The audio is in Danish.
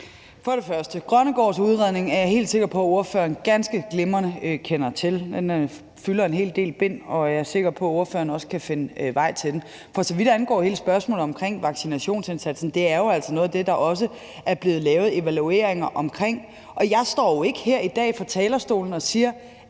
vil jeg sige, at Grønnegaards udredning er jeg helt sikker på at ordføreren ganske glimrende kender til. Den fylder en hel del bind, og jeg er sikker på, at ordføreren også kan finde vej til den. Hvad angår hele spørgsmålet omkring vaccinationsindsatsen, er det jo altså også noget af det, der er blevet lavet evalueringer af, og jeg står ikke her i dag og siger